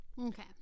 Okay